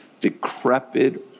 decrepit